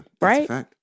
Right